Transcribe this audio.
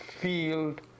field